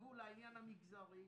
שדאגו לעניין המגזרי,